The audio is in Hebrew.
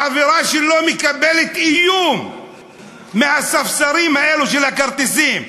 החברה שלו מקבלת איום מהספסרים האלה, של הכרטיסים.